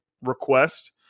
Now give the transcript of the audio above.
request